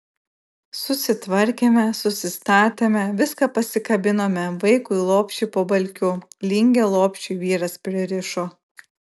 susitvarkėme susistatėme viską pasikabinome vaikui lopšį po balkiu lingę lopšiui vyras pririšo